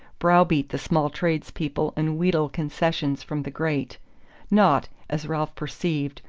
brow-beat the small tradespeople and wheedle concessions from the great not, as ralph perceived,